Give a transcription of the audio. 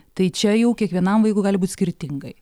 tai čia jau kiekvienam vaikui gali būt skirtingai